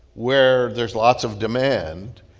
where there's lots of demand,